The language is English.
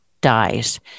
dies